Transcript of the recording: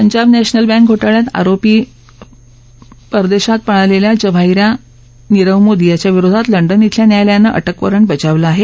Punjab national bank घोटाळ्यात आरोपी परदेशात पळालेला जवाहि या नीरव मोदी याच्या विरोधात लंडन धिल्या न्यायालयानं अटक वॉरंट बजावलं आहे